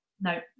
No